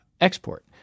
export